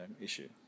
issue